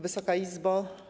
Wysoka Izbo!